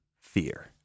Fear